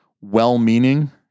well-meaning